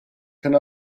can